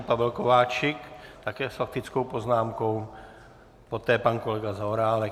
Nyní Pavel Kováčik také s faktickou poznámkou, poté pan kolega Zaorálek.